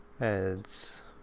adds